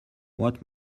what